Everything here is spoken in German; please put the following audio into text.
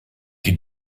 die